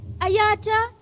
Ayata